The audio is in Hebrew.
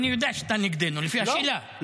אני יודע שאתה נגדנו, לפי השאלה.